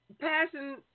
passion